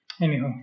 Anyhow